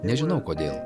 nežinau kodėl